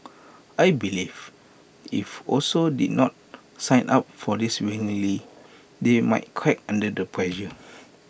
I believe if also did not sign up for this willingly they might crack under the pressure